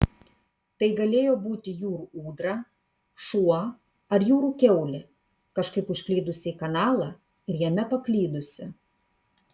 tai galėjo būti jūrų ūdra šuo ar jūrų kiaulė kažkaip užklydusi į kanalą ir jame paklydusi